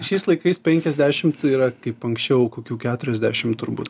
šiais laikais penkiasdešimt yra kaip anksčiau kokių keturiasdešim turbūt